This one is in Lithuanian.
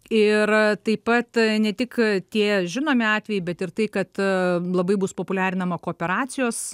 ir taip pat ne tik tie žinomi atvejai bet ir tai kad labai bus populiarinama kooperacijos